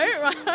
Right